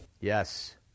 Yes